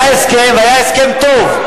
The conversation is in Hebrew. היה הסכם והיה הסכם טוב.